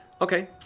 Okay